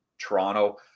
Toronto